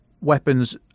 weapons